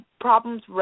problems